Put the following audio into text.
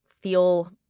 feel